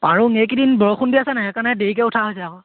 আৰু এইকেইদিন বৰষুণ দি আছে নহ্ সেইকাৰণে দেৰিকৈ উঠা হৈছে আকৌ